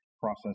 process